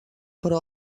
però